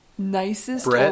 Nicest